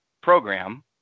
program